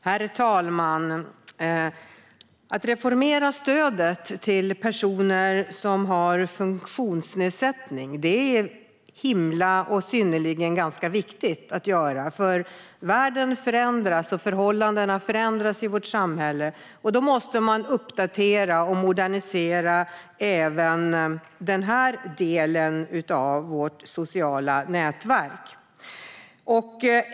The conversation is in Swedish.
Herr talman! Att reformera stödet till personer som har funktionsnedsättning är synnerligen viktigt att göra. Världen förändras, och förhållandena förändras i vårt samhälle. Då måste man uppdatera och modernisera även den delen av vårt sociala nätverk.